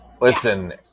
Listen